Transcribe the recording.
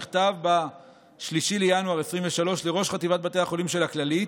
מכתב לראש חטיבת בתי החולים של הכללית,